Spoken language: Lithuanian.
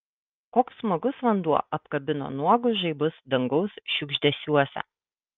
koks smagus vanduo apkabino nuogus žaibus dangaus šiugždesiuose